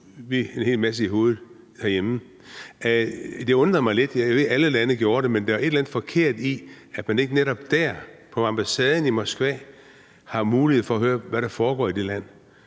vi en hel masse i hovedet herhjemme? Det undrede mig lidt. Jeg ved, at alle lande gjorde det, men der er jo et eller andet forkert i, at man ikke netop dér, på ambassaden i Moskva, har mulighed for at høre, hvad der foregår i det land.